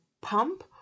pump